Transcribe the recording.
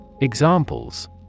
Examples